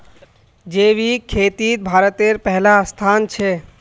जैविक खेतित भारतेर पहला स्थान छे